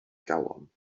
galon